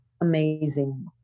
amazing